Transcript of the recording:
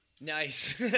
Nice